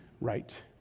right